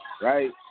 right